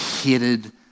hated